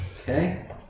Okay